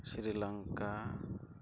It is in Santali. ᱥᱤᱨᱤᱞᱚᱝᱠᱟ